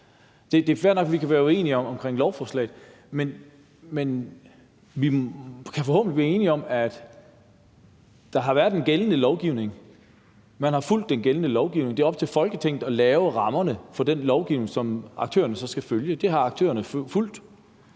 Det er fair nok, at vi kan være uenige om lovforslaget, men vi kan forhåbentlig blive enige om, at der har været en gældende lovgivning, at man har fulgt den gældende lovgivning, og at det er op til Folketinget at lave rammerne for den lovgivning, som aktørerne så skal følge, og den har aktørerne så fulgt.